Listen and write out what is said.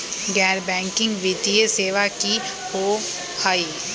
गैर बैकिंग वित्तीय सेवा की होअ हई?